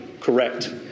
correct